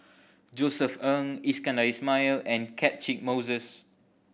Josef Ng Iskandar Ismail and Catchick Moses